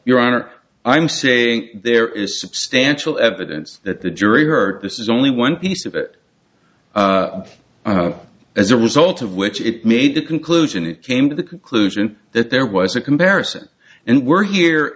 your honor i'm saying there is substantial evidence that the jury heard this is only one piece of it as a result of which it made the conclusion it came to the conclusion that there was a comparison and we're here